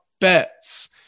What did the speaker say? bets